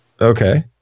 okay